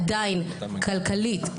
עדיין כלכלית,